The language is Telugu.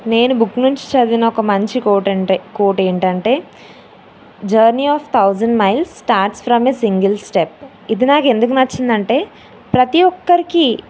నేను బుక్ నుంచి చదివిన ఒక మంచి కోట్ అంటే కోట్ ఏంటంటే journey of thousand miles starts from a single step ఇది నాకు ఎందుకు నచ్చింది అంటే ప్రతీ ఒక్కరికీ